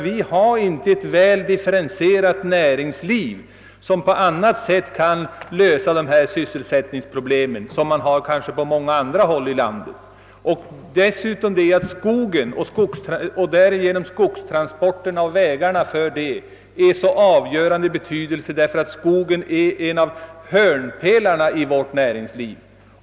Vi har inte ett väl differentierat näringsliv, som på annat sätt kan lösa dessa sysselsättningsproblem, något som man har på många andra håll i landet: Dessutom har skogen och därmed skogstransporterna och vägarna en avgörande betydelse — skögen är en av hörnpelarna i vårt näringsliv.